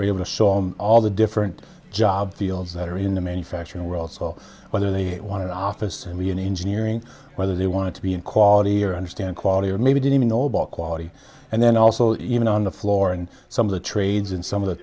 we're able to show all the different job fields that are in the manufacturing world so whether they want to office and be in engineering whether they want to be in quality or understand quality or maybe didn't even know about quality and then also even on the floor and some of the trades and some of the